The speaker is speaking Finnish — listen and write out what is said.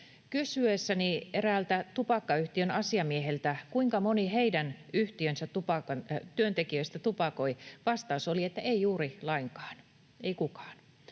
Kysyessäni eräältä tupakkayhtiön asiamieheltä, kuinka moni heidän yhtiönsä työntekijöistä tupakoi, vastaus oli, että ei juuri kukaan.